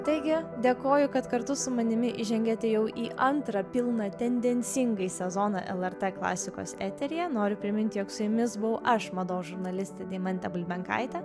taigi dėkoju kad kartu su manimi įžengėte jau į antrą pilną tendencingai sezoną lrt klasikos eteryje noriu priminti jog su jumis buvau aš mados žurnalistė deimantė bulbenkaitė